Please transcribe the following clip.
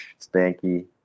stanky